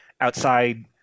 outside